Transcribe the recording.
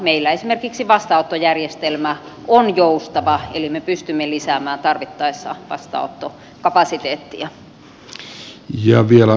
meillä esimerkiksi vastaanottojärjestelmä on joustava eli me pystymme lisäämään tarvittaessa vastaanottokapasiteettia